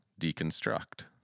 deconstruct